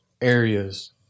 areas